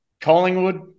Collingwood